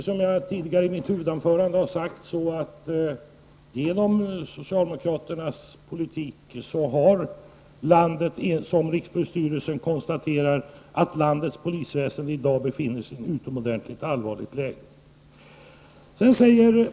Som jag tidigare i mitt huvudanförande har sagt och som rikspolisstyrelsen konstaterar, befinner sig landets polisväsende i dag, genom socialdemokraternas politik, i ett utomordentligt allvarligt läge.